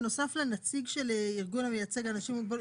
בנוסף לנציג של ארגון המייצג אנשים עם מוגבלות,